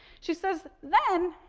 she says, then,